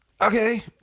Okay